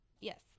Yes